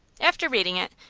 after reading it,